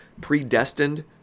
predestined